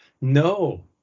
No